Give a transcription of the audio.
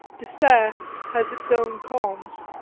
despair has its own calms.